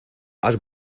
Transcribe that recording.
has